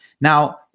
Now